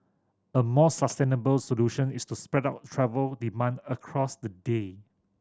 a more sustainable solution is to spread out travel demand across the day